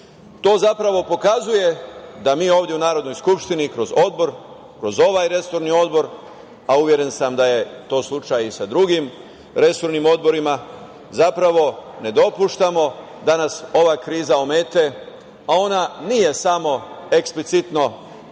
To zapravo pokazuje da mi ovde u Narodnoj skupštini kroz Odbor, kroz ovaj resorni odbor, a uveren sam da je to slučaj i sa drugim resornim odborima, zapravo, ne dopuštamo da nas ova kriza omete, a ona nije samo eksplicitno,